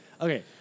okay